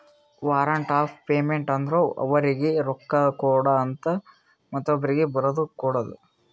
warrant of payment ಅಂದುರ್ ಅವರೀಗಿ ರೊಕ್ಕಾ ಕೊಡು ಅಂತ ಮತ್ತೊಬ್ರೀಗಿ ಬರದು ಕೊಡೋದು